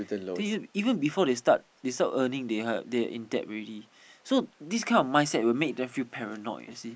thing is even before they start they start earning they had they in debt already so this kind of mindset will make them feel paranoid you see